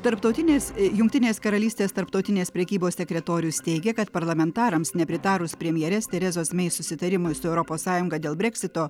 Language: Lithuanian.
tarptautinės jungtinės karalystės tarptautinės prekybos sekretorius teigia kad parlamentarams nepritarus premjerės terezos mei susitarimui su europos sąjunga dėl breksito